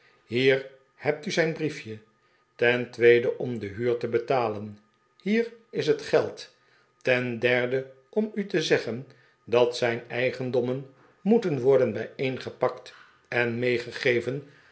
hier hebt u zijn brief je ten tweede ora de huur te betalen hier is het geld ten derde om u te zeggen dat zijn eigendommen moeten worden bijeengepakt en meegegeven